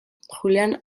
julian